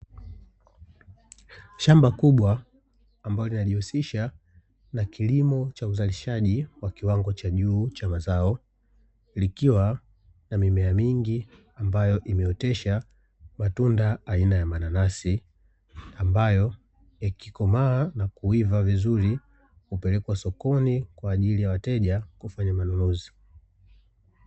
Shamba kubwa ambalo linajihusisha na kilimo cha uzalishji wa kiwango cha juu cha mazao, likiwa na mimea mingi ambayo imeotesha matunda aina ya mananasi, ambayo yakikomaa na kuiva vizuri hupelekwa sokoni, kwa ajili ya wateja kufanya manunuzi.